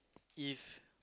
if